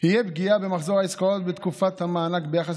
יהיה פגיעה במחזור העסקאות בתקופת המענק ביחס